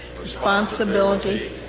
responsibility